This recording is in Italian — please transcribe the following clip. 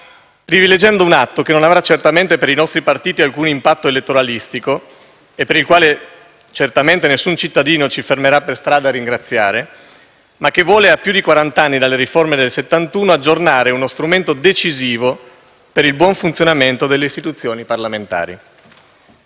privilegiando un atto che certamente non avrà per i nostri partiti alcun impatto elettoralistico e per il quale certamente nessun cittadino si fermerà per strada a ringraziarci, ma che vuole, a distanza di quarant'anni dalle riforme del 1971, aggiornare uno strumento decisivo per il buon funzionamento delle istituzioni parlamentari.